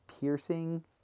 piercing